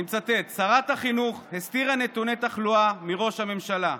אני מצטט: "שרת החינוך הסתירה נתוני תחלואה מראש הממשלה".